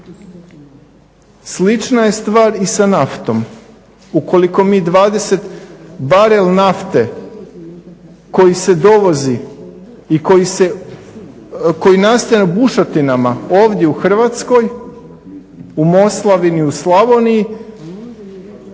Slična je stvar i sa naftom. Barel nafte koji se dovozi i koji nastaje bušotinama ovdje u Hrvatskoj u Moslavini, u Slavoniji,